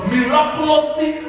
Miraculously